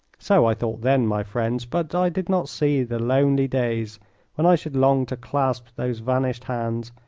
so i thought then, my friends, but i did not see the lonely days when i should long to clasp those vanished hands,